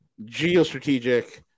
geostrategic